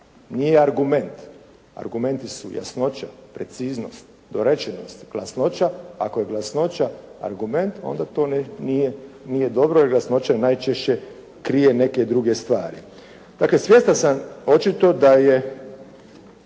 nije argument. Argumenti su: jasnoća, preciznost, dorečenost. Glasnoća, ako je glasnoća argument onda to ne, nije dobro jer glasnoća najčešće krije neke druge stvari. Dakle svjestan sam očito da je